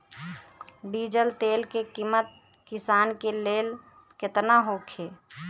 Diesel तेल के किमत किसान के लेल केतना होखे?